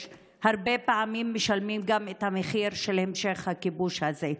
הרבה פעמים משלמים גם את המחיר של המשך הכיבוש הזה.